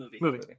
movie